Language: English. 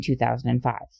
2005